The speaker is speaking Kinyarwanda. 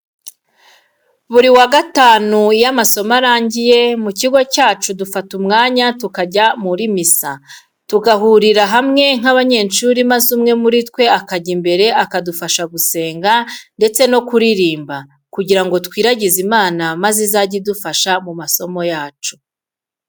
Buri wa Gatanu iyo amasomo arangiye, mu kigo cyacu dufata umwanya tukajya muri misa, tugahurira hamwe nk'abanyeshuri maze umwe muri twe akajya imbere akadufasha gusenga ndetse no kuririmba, kugira ngo twiragize Imana maze izajye idufasha mu masomo yacu.